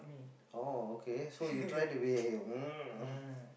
orh okay so you try to be